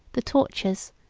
the tortures,